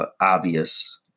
obvious